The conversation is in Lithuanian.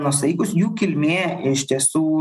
nuosaikūs jų kilmė iš tiesų